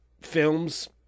films